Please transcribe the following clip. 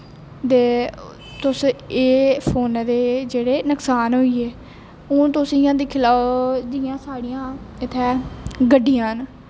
ते तुस एह् फोना दे जेह्ड़े नकसान होई गे हून तुस इ'यां दिक्खी लैओ जियां साढ़ियां इत्थें गड्डियां न